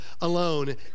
alone